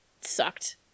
sucked